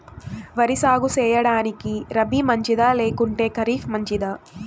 వరి సాగు సేయడానికి రబి మంచిదా లేకుంటే ఖరీఫ్ మంచిదా